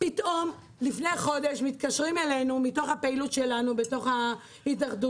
פתאום לפני חודש מתקשרים אלינו מהפעילות שלנו בהתאחדות,